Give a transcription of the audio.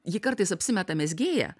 ji kartais apsimeta mezgėja